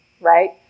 right